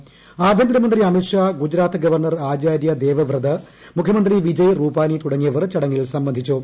ഔഷ്ട്യന്തരമന്ത്രി Amit Shah Gujarat governor Acharya Devvrat മുഖ്യമന്ത്രി വിജയ് റൂപാനി തുടങ്ങിയവർ ചടങ്ങിൽ സംബന്ധിച്ചു